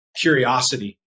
curiosity